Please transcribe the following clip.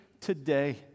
today